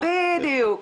בדיוק.